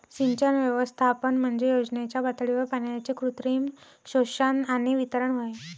सिंचन व्यवस्थापन म्हणजे योजनेच्या पातळीवर पाण्याचे कृत्रिम शोषण आणि वितरण होय